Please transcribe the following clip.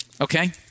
Okay